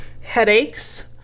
headaches